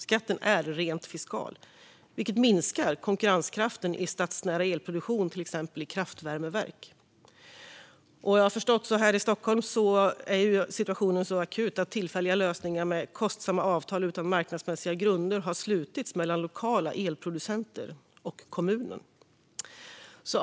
Skatten är rent fiskal, vilket minskar konkurrenskraften i stadsnära elproduktion i exempelvis kraftvärmeverk. Här i Stockholm har vad jag förstår situationen varit så akut att tillfälliga lösningar med kostsamma avtal utan marknadsmässiga grunder har slutits mellan lokala elproducenter och kommunen.